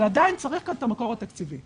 אבל עדיין צריך כאן את המקור התקציבי